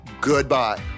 goodbye